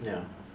ya